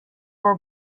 were